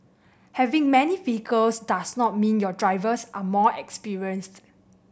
having many vehicles does not mean your drivers are more experienced